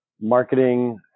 marketing